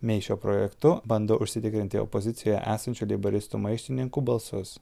mei šiuo projektu bando užsitikrinti opozicijoje esančių leiboristų maištininkų balsus